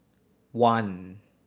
one